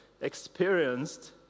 experienced